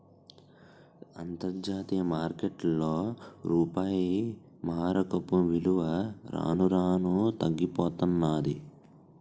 అంతర్జాతీయ మార్కెట్లో రూపాయి మారకపు విలువ రాను రానూ తగ్గిపోతన్నాది